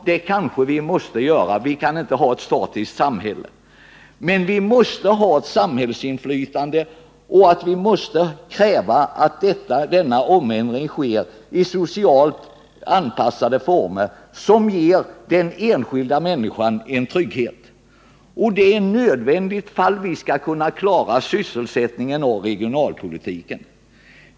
Ja, det kanske vi måste göra — vi kan inte ha ett statiskt samhälle. Men vi måste ha ett samhällsinflytande och vi måste kräva att denna ändring sker i socialt anpassade former som ger den enskilda människan trygghet. Det är nödvändigt om vi skall kunna klara sysselsättningen och regionalpolitiken.